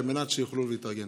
על מנת שיוכלו להתארגן.